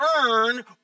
earn